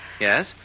Yes